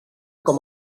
com